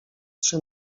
trzy